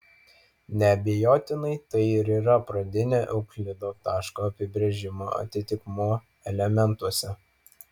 neabejotinai tai ir yra pradinio euklido taško apibrėžimo atitikmuo elementuose